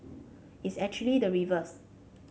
it's actually the reverse